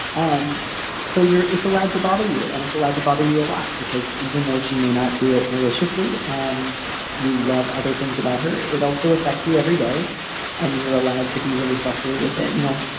um so it's allowed to bother you and it's allowed to bother you a lot because even though she may not do it maliciously and you love other things about her, it also affects you every day and you're allowed to be really frustrated with it. you know,